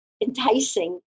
enticing